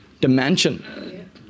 dimension